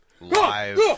Live